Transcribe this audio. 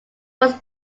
was